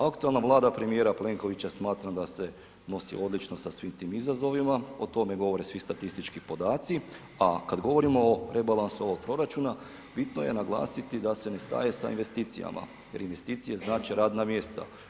Aktualna Vlada premijera Plenkovića smatram da se nosi odlično sa svim tim izazovima, o tome govore svi statistički podaci, a kad govorimo o rebalansu ovog proračuna, bitno je naglasiti da se ne staje sa investicijama jer investicije znače radna mjesta.